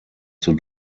zur